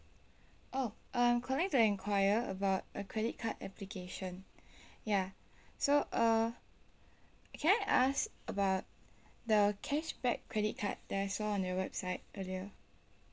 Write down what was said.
oh uh I'm calling to inquire about a credit card application ya so uh can I ask about the cashback credit card that I saw on your website earlier